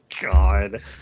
God